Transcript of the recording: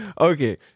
Okay